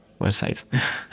websites